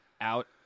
out